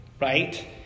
right